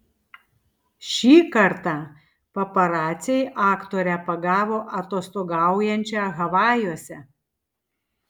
šį kartą paparaciai aktorę pagavo atostogaujančią havajuose